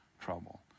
trouble